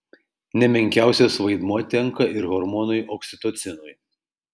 ne menkiausias vaidmuo tenka ir hormonui oksitocinui